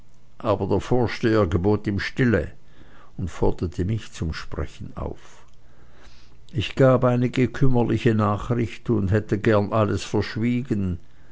aber der vorsteher gebot ihm stille und forderte mich zum sprechen auf ich gab einige kümmerliche nachricht und hätte gern alles verschwiegen